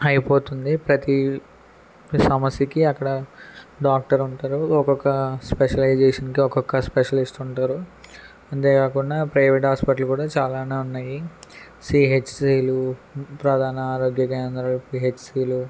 అయిపోతుంది ప్రతీ ప్రతీ సమస్యకి అక్కడ డాక్టర్ ఉంటారు ఒకొక స్పెషలైజేషన్కి ఒకొక స్పెషలిస్ట్ ఉంటారు అంతే కాకుండా ప్రైవేట్ హాస్పిటల్ కూడా చాలానే ఉన్నాయి సిహెచ్సిలు ప్రధాన ఆరోగ్య కేంద్రాలు పిహెచ్సిలు